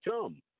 come